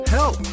Help